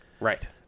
right